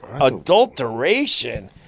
Adulteration